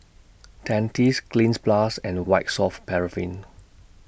Dentiste Cleanz Plus and White Soft Paraffin